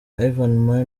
ivan